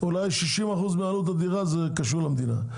אולי 60% מעלות הדירה קשור למדינה.